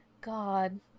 God